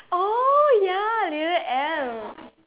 oh ya leader M